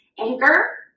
Anchor